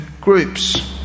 groups